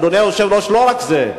אדוני היושב-ראש, לא רק זה.